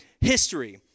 history